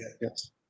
Yes